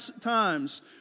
times